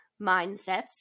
mindsets